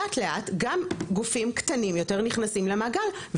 לאט לאט גם גופים קטנים יותר נכנסים למעגל.